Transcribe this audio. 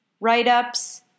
write-ups